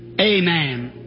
Amen